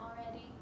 already